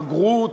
בגרות.